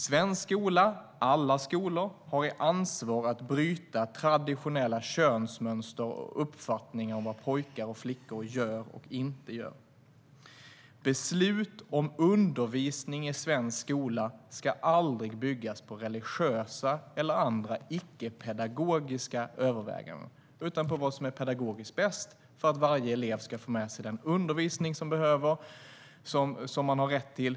Alla skolor i Sverige har ansvar för att bryta traditionella könsmönster och uppfattningar om vad pojkar och flickor gör och inte gör. Beslut om undervisning i svensk skola ska aldrig byggas på religiösa eller andra icke pedagogiska överväganden. Besluten ska bygga på vad som är pedagogiskt bäst för att varje elev ska få den undervisning som han eller hon behöver och har rätt till.